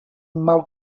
mal